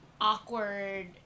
awkward